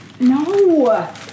No